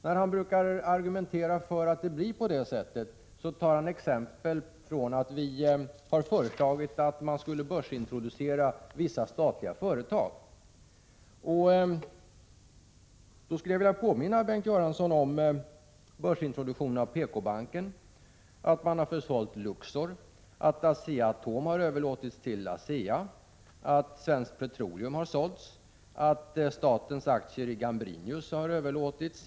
När han med sin argumentering vill visa att det blir ett större budgetunderskott tar han som exempel att vi har föreslagit att vissa statliga företag skulle börsintroduceras. Jag skulle i det sammanhanget vilja påminna Bengt Göransson om börsintroduktionen av PKbanken, att staten har försålt Luxor, att Asea-Atom har överlåtits till ASEA, att Svenska Petroleum har sålts och att statens aktier i Gambrinius har överlåtits.